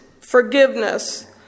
forgiveness